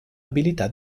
abilità